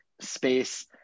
space